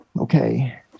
Okay